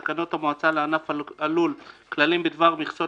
תקנות המועצה לענף הלול (כללים בדבר מכסות